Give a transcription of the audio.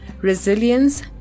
resilience